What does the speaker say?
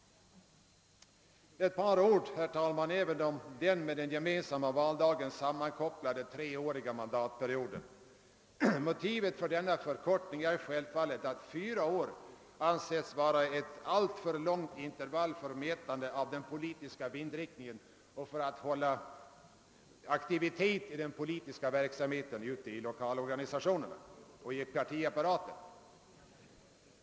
Ett par ord, herr talman, även om den med den gemensamma valdagen sammankopplade treåriga mandatperio den. Motivet för denna förkortning är självfallet att fyra år ansetts vara en alltför lång intervall för mätande av den politiska vindriktningen och för att hålla aktivitet i den politiska verksamheten ute i lokalorganisationerna och i partiapparaten.